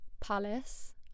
palace